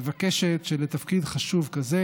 מבקשת שלתפקיד חשוב כזה